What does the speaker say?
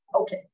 okay